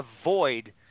avoid